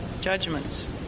judgments